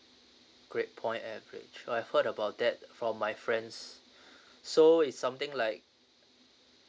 grade point average I heard about that from my friends so it's something like